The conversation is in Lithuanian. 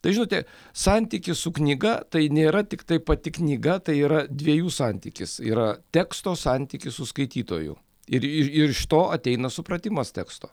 tai žinote santykis su knyga tai nėra tiktai pati knyga tai yra dviejų santykis yra teksto santykis su skaitytoju ir ir iš to ateina supratimas teksto